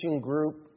Group